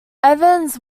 evans